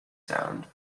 sound